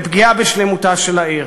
לפגיעה בשלמותה של העיר.